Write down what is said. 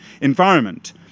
environment